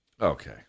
okay